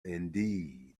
indeed